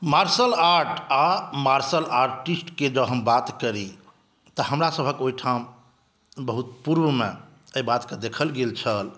martial art आ martial आर्टिस्टक बात करी तऽ हमरासभक ओहिठाम बहुत पूर्वमे एहि बातके देखल गेल छल